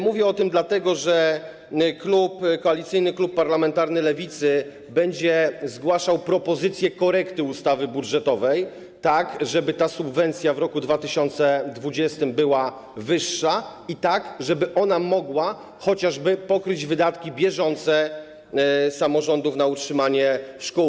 Mówię o tym dlatego, że Koalicyjny Klub Parlamentarny Lewicy będzie zgłaszał propozycje korekty ustawy budżetowej, tak żeby ta subwencja w roku 2020 była wyższa i tak żeby ona mogła chociażby pokryć wydatki bieżące samorządów na utrzymanie szkół.